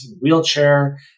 wheelchair